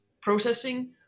processing